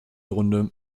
runde